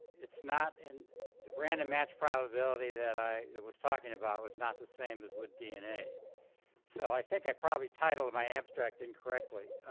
it's not and the random match probability that i was talking about was not the same as with dna so i think i probably titled my abstract incorrectly.